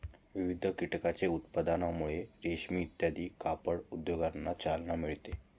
विविध कीटकांच्या उत्पादनामुळे रेशीम इत्यादी कापड उद्योगांना चालना मिळते